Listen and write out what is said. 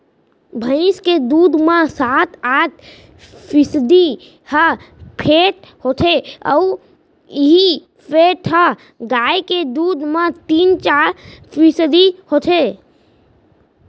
भईंस के दूद म सात आठ फीसदी ह फेट होथे अउ इहीं फेट ह गाय के दूद म तीन चार फीसदी होथे